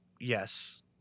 Yes